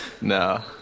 No